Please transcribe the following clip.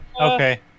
Okay